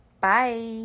Bye